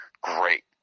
Great